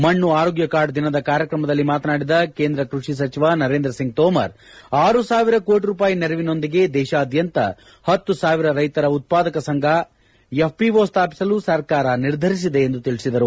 ಮಣ್ಣು ಆರೋಗ್ಯ ಕಾರ್ಡ್ ದಿನದ ಕಾರ್ಯಕ್ರಮದಲ್ಲಿ ಮಾತನಾಡಿದ ಕೇಂದ್ರ ಕ್ಬಷಿ ಸಚಿವ ನರೇಂದ್ರಸಿಂಗ್ ತೋಮರ್ ಆರು ಸಾವಿರ ಕೋಟಿ ರೂಪಾಯಿ ನೆರವಿನೊಂದಿಗೆ ದೇಶಾದ್ನಂತ ಹತ್ತು ಸಾವಿರ ರೈತರ ಉತ್ಪಾದಕ ಸಂಘ ಎಫ್ಪಿಓ ಸ್ಲಾಪಿಸಲು ಸರ್ಕಾರ ನಿರ್ಧರಿಸಿದೆ ಎಂದು ತಿಳಿಸಿದರು